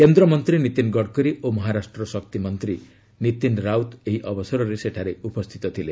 କେନ୍ଦ୍ର ମନ୍ତ୍ରୀ ନୀତିନ ଗଡ଼କରୀ ଓ ମହାରାଷ୍ଟ୍ର ଶକ୍ତିମନ୍ତ୍ରୀ ନୀତିନ ରାଉତ ଏହି ଅବସରରେ ସେଠାରେ ଉପସ୍ଥିତ ଥିଲେ